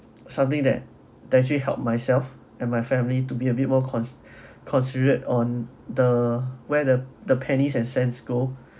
something that actually help myself and my family to be a bit more concs~ considered on the where the the pennies and cents go